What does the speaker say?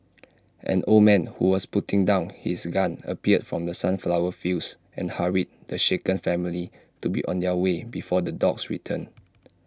an old man who was putting down his gun appeared from the sunflower fields and hurried the shaken family to be on their way before the dogs return